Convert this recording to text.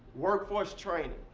workforce training,